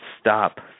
stop